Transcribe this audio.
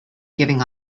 giving